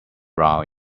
route